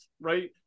right